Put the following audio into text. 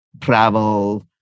travel